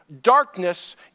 darkness